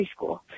preschool